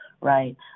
right